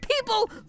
People